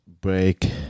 break